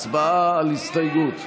הצבעה על הסתייגות.